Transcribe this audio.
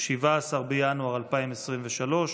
17 בינואר 2023,